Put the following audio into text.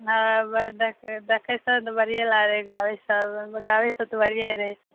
हँ देखितौ तऽ बढ़िऑं लागलै गाबयसँ तऽ बढ़िऑं रहै